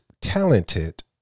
talented